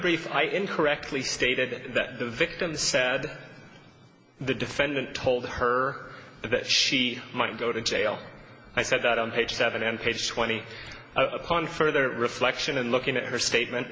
brief i incorrectly stated that the victim said the defendant told her that she might go to jail i said that on page seven and page twenty upon further reflection and looking at her statement